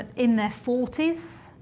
in their forty s,